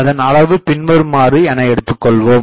அதன் அளவு பின்வருமாறு என எடுத்துக்கொள்வோம்